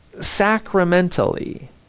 sacramentally